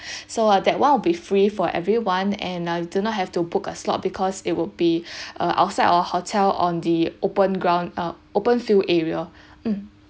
so that one will be free for everyone and uh do not have to book a slot because it will be uh outside our hotel on the open ground uh open field area mm